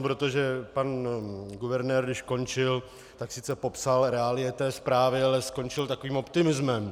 Protože pan guvernér, když končil, sice popsal reálie té zprávy, ale skončil takovým optimismem.